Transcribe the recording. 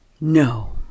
No